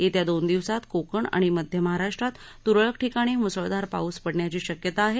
येत्या दोन दिवसात कोकण आणि मध्य महाराष्ट्रात त्रळक ठिकाणी मुसळधार पाऊस पडण्याची शक्यता आहे